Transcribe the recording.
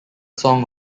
song